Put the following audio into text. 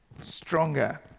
stronger